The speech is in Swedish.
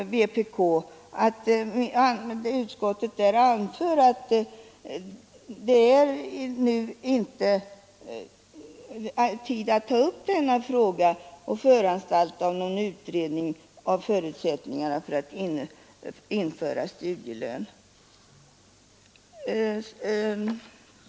Utskottet anför att det nu inte är tid att ta upp denna fråga och föranstalta om någon utredning av förutsättningarna för att införa studielön.